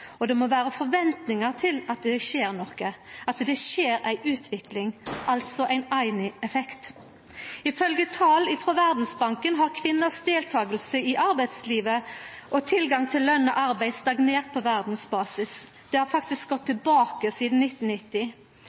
og det må vera forventningar til at det skjer noko, at det skjer ei utvikling, altså ein Ayni-effekt. Ifølgje tal frå Verdsbanken har kvinners deltaking i arbeidslivet og tilgang til lønt arbeid stagnert på verdsbasis, det har faktisk gått tilbake sidan 1990.